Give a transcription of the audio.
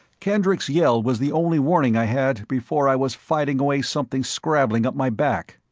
kendricks' yell was the only warning i had before i was fighting away something scrabbling up my back.